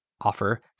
offer